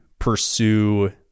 pursue